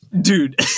dude